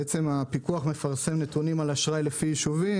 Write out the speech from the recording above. הפיקוח על הבנקים מפרסם נתונים על אשראי לפי ישובים